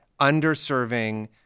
underserving